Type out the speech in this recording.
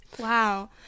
Wow